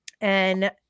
And-